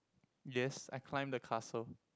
yes I climb the castle